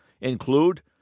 include